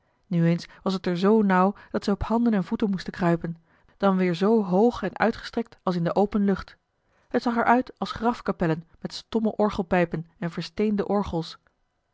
nu eens was het er zoo nauw dat zij op handen en voeten moesten kruipen dan weer zoo hoog en uitgestrekt als in de open lucht het zag er uit als grafkapellen met stomme orgelpijpen en versteende orgels